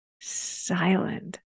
silent